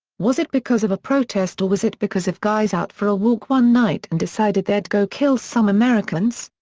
was it because of a protest or was it because of guys out for a walk one night and decided they'd go kill some americans!